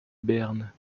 berne